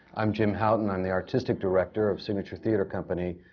i'm jim houghton. i'm the artistic director of signature theatre company.